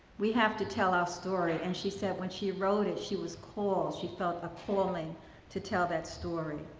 we have to tell our story. and she said when she wrote it, she was called. she felt a calling to tell that story.